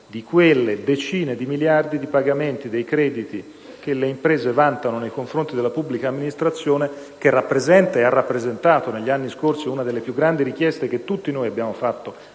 di quelle decine di miliardi di pagamenti dei crediti che le imprese vantano nei confronti della pubblica amministrazione, che rappresenta e ha rappresentato negli anni scorsi una delle più grandi richieste che tutti noi abbiamo rivolto